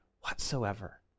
whatsoever